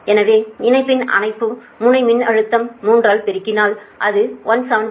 எனவே இணைப்பின் அனுப்பும் முனை மின்னழுத்தத்தை 3 ஆல் பெருக்கினால் அது 170